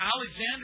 Alexander